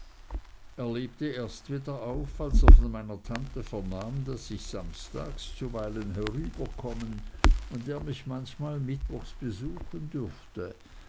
er lebte erst wieder auf als er von meiner tante vernahm daß ich samstags zuweilen herüberkommen und er mich manchmal mittwochs besuchen dürfte